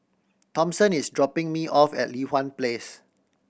Thompson is dropping me off at Li Hwan Place